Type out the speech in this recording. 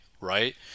right